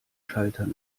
schaltern